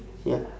ya